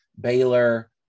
Baylor